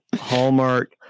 Hallmark